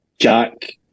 Jack